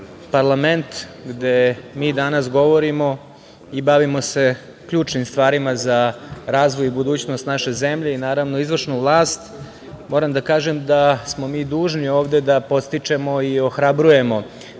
parlament, gde mi danas govorimo i bavimo se ključnim stvarima za razvoj i budućnost naše zemlje, naravno, i izvršnu vlast, moram da kažem da smo mi dužni ovde da podstičemo i ohrabrujemo